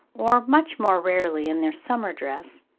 or much more rarely in their summer dress,